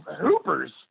hoopers